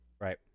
Right